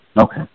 Okay